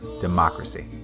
democracy